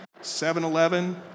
7-Eleven